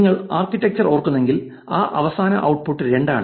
നിങ്ങൾ ആർക്കിടെക്ചർ ഓർക്കുന്നുവെങ്കിൽ ആ അവസാന ഔട്ട്പുട്ട് രണ്ടാണ്